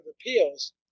Appeals